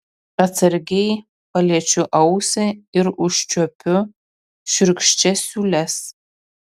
atsargiai paliečiu ausį ir užčiuopiu šiurkščias siūles